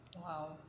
Wow